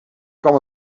kwam